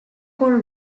con